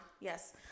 yes